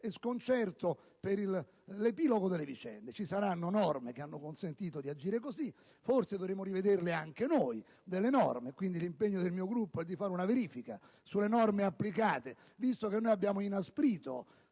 sconcerto per l'epilogo delle vicende. Ci saranno norme che hanno consentito di agire così; forse dovremo rivederle anche noi. Quindi l'impegno del mio Gruppo è quello di effettuare una verifica sulle norme applicate visto che abbiamo inasprito,